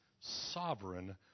sovereign